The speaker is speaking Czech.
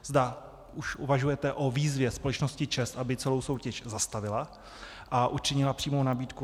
Zda už uvažujete o výzvě společnosti ČEZ, aby celou soutěž zastavila a učinila přímou nabídku nájemníkům.